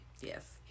Yes